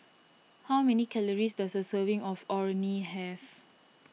how many calories does a serving of Orh Nee have